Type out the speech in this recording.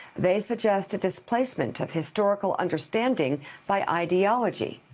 they suggest a displacement of historical understanding by ideology.